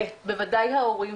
ובוודאי ההורים.